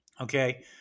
okay